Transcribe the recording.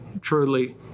truly